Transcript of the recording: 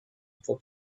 for